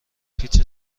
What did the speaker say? پیچ